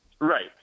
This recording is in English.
Right